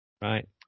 Right